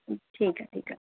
ठीकु आहे ठीकु आहे